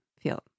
feel